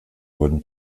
wurden